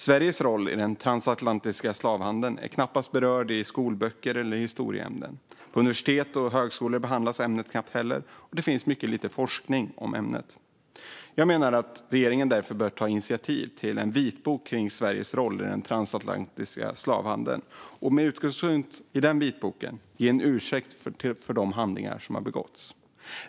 Sveriges roll i den transatlantiska slavhandeln är knappast berörd i skolböcker eller i historieämnet. På universitet och högskolor behandlas ämnet knappt heller, och det finns mycket lite forskning om ämnet. Jag menar att regeringen bör ta initiativ till en vitbok kring Sveriges roll i den transatlantiska slavhandeln och med utgångspunkt i denna vitbok ge en ursäkt för de handlingar som begåtts.